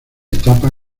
etapa